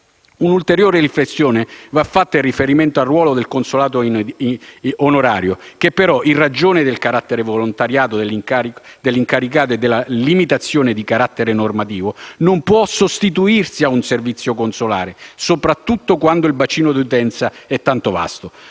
Un'ulteriore riflessione va fatta in riferimento al ruolo del console onorario, il quale però, in ragione del carattere volontario dell'incarico e delle limitazioni di carattere normativo, non può sostituirsi un servizio consolare, soprattutto quando il bacino di utenza è tanto vasto.